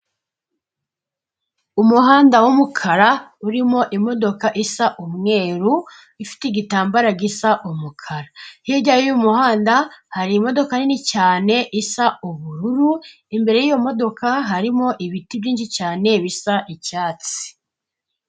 Umuhanda w'umukara urimo imodoka isa umweru ifite igitambaro gisa umukara, hirya y'uy'umuhanda hari imodoka nini cyane isa ubururu, imbere y'iyo modoka harimo ibiti byinshi cyane bisa icyatsi.